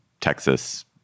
Texas –